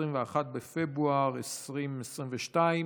21 בפברואר 2022,